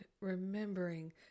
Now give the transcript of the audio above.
remembering